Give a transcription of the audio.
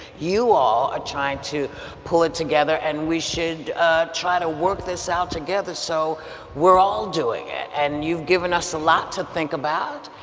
you all are ah trying to pull it together, and we should try to work this out together so we're all doing it. and you've given us a lot to think about,